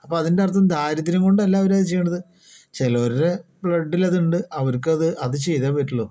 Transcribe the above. അപ്പോൾ അതിൻ്റെ അർഥം ദാരിദ്യ്രം കൊണ്ടല്ല അവരത് ചെയ്യണത് ചിലരുടെ ബ്ലഡില് അതുണ്ട് അവർക്കത് അത് ചെയ്തേ പറ്റുള്ളു